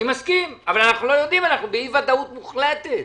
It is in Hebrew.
אבל אנחנו באי ודאות מוחלטת,